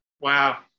Wow